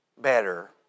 better